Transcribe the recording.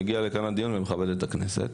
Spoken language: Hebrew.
מגיע לכאן לדיון ומכבד את הכנסת,